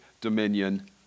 dominion